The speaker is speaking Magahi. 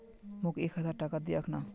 मोक एक हजार टका दे अखना